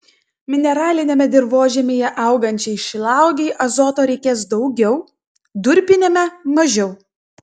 mineraliniame dirvožemyje augančiai šilauogei azoto reikės daugiau durpiniame mažiau